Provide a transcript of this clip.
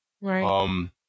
Right